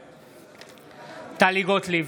בעד טלי גוטליב,